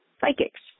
psychics